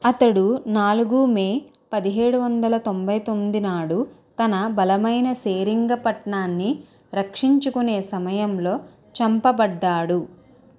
అతడు నాలుగు మే పదిహేడు వందల తొంభై తొమ్మిది నాడు తన బలమైన సేరింగ పట్నాన్ని రక్షించుకునే సమయంలో చంపబడ్డాడు